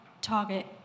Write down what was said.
target